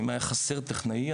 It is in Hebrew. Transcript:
אם היה חסר טכנאי,